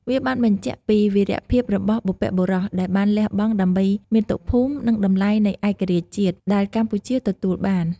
វាបានបញ្ជាក់ពីវីរភាពរបស់បុព្វបុរស ដែលបានលះបង់ដើម្បីមាតុភូមិ និងតម្លៃនៃឯករាជ្យជាតិ ដែលកម្ពុជាទទួលបាន។